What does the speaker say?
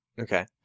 okay